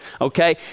okay